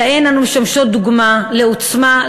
ולהם אנו משמשות דוגמה לעוצמה,